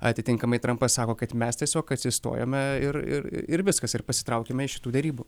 atitinkamai trampas sako kad mes tiesiog atsistojome ir ir viskas ir pasitraukėme iš tų derybų